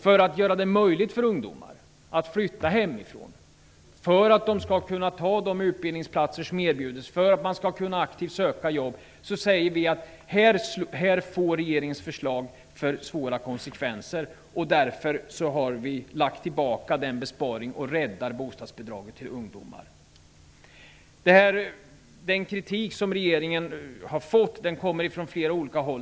För att göra det möjligt för ungdomar att flytta hemifrån för att de skall kunna ta de utbildningsplatser som erbjuds, för att de skall kunna aktivt söka jobb har vi lagt tillbaka den besparingen för den får för svåra konsekvenser och räddar bostadsbidraget till ungdomar. Den kritik som regeringen har fått kommer från flera olika håll.